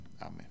Amen